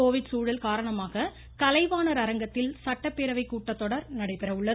Covid சூழல் காரணமாக கலைவாணர் அரங்கத்தில் சட்டப்பேரவை கூட்டத்தொடர் நடைபெற உள்ளது